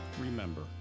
remember